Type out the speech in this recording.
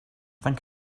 think